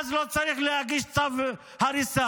ואז לא צריך להגיש צו הריסה,